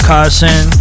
Carson